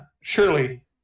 surely